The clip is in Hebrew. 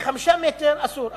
ו-5 מטרים משם אסור.